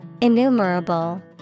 Innumerable